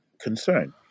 concern